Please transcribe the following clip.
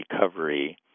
recovery